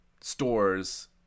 stores